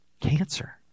cancer